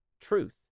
truth